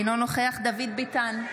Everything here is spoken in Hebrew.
אינו נוכח דוד ביטן,